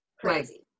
crazy